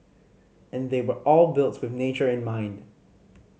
and they were all built with nature in mind